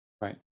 Right